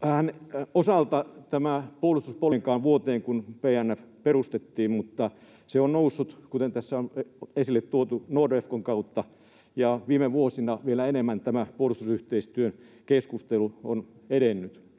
kärkiasioita ehkä moneenkaan vuoteen, kun PN perustettiin, mutta se on noussut, kuten tässä on esille tuotu, Nordefcon kautta, ja viime vuosina vielä enemmän tämä puolustusyhteistyökeskustelu on edennyt.